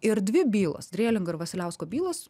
ir dvi bylos drėlingo ir vasiliausko bylos